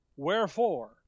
Wherefore